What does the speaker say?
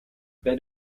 bij